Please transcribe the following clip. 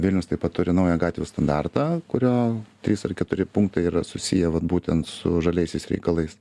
vilnius taip pat turi naują gatvių standartą kurio trys ar keturi punktai yra susiję vat būtent su žaliaisiais reikalais